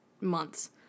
months